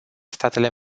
statele